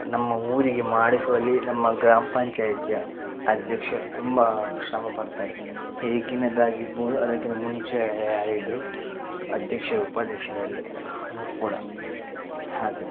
ನಮ್ಮ ಊರಿಗೆ ಮಾಡಿಸುವಲ್ಲಿ ನಮ್ಮ ಗ್ರಾಮ ಪಂಚಾಯ್ತಿಯ ಅಧ್ಯಕ್ಷರು ತುಂಬಾ ಶ್ರಮಪಡ್ತಾರೆ ಹೇಗಿನದಾಗಿರ್ಬೋದು ಅದಕ್ಕಿನ ಮುಂಚೆ ಯಾರಿದ್ದರೂ ಅಧ್ಯಕ್ಷರು ಉಪಾಧ್ಯಕ್ಷರು ಎಲ್ಲ ಕೂಡ ಹಾಗೆ